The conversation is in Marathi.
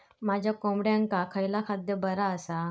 माझ्या कोंबड्यांका खयला खाद्य बरा आसा?